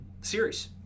series